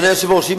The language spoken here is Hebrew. אדוני היושב-ראש,